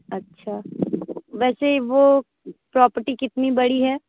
अच्छा वैसे वो प्रॉपर्टी कितनी बड़ी है